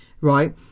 right